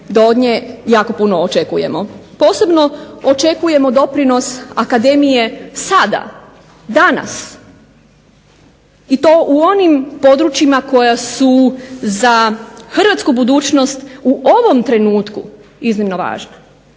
od nje puno očekujemo. Posebno očekujemo doprinos akademije sada, danas i to u onim područjima koja su za Hrvatsku budućnost u ovom trenutku iznimno važna.